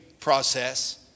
process